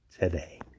today